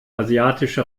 asiatische